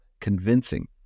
convincing